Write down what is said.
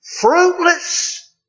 fruitless